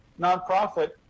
nonprofit